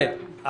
כן,